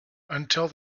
until